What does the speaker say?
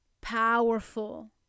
powerful